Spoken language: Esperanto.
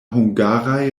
hungaraj